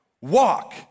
walk